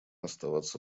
оставаться